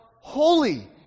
holy